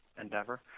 endeavor